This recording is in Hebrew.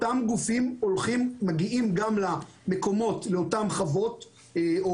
אותם גופים מגיעים גם למקומות ולאותן חוות או